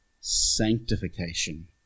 sanctification